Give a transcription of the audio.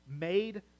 made